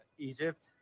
Egypt